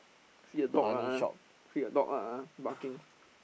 see the dog ah see the dog ah barking